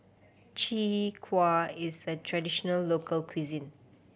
Chwee Kueh is a traditional local cuisine